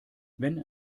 wenn